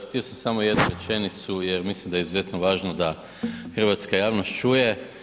Htio sam samo jednu rečenicu jer mislim da je izuzetno važno da hrvatska javnost čuje.